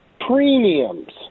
premiums